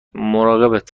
مراقبت